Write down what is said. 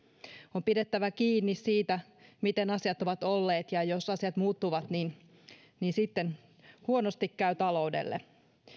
on pidettävä kiinni siitä miten asiat ovat olleet ja jos asiat muuttuvat niin niin sitten huonosti käy taloudelle